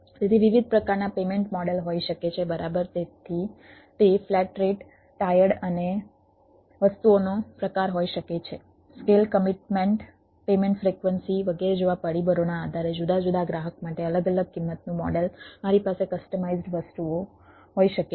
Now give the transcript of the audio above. તેથી વિવિધ પ્રકારના પેમેન્ટ વગેરે જેવા પરિબળોના આધારે જુદા જુદા ગ્રાહક માટે અલગ અલગ કિંમતનું મોડેલ મારી પાસે કસ્ટમાઇઝ્ડ વસ્તુઓ હોઈ શકે છે